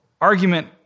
argument